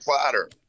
platter